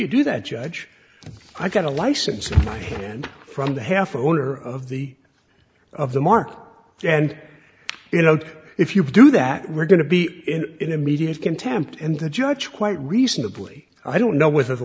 you do that judge i've got a license in my hand from the half owner of the of the mark and you know if you do that we're going to be in immediate contempt and the judge quite reasonably i don't know whether